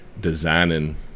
designing